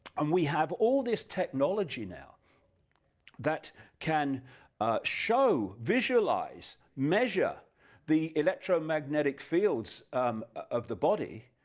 um we have all this technology now that can show, visualize measure the electromagnetic fields of the body,